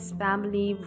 family